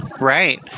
Right